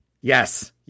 Yes